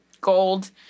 Gold